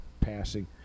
passing